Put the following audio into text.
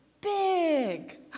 big